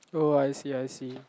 oh I see I see